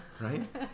right